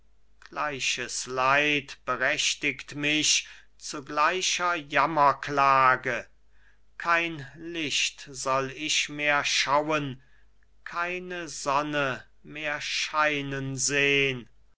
versen kein licht soll ich mehr schauen keine sonne mehr scheinen sehn